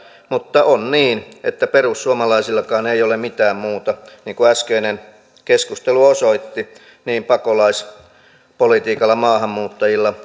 mutta on niin että perussuomalaisillakaan ei ole mitään muuta niin kuin äskeinen keskustelu osoitti kuin pakolaispolitiikalla maahanmuuttajilla